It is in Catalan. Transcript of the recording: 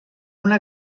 una